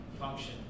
function